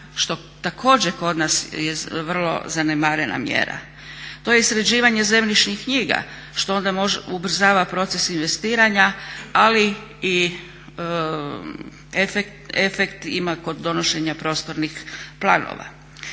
što također kod nas je vrlo zanemarena mjera. To je izrađivanje zemljišnih knjiga što onda ubrzava proces investiranja ali i efekt ima kod donošenja prostornih planova.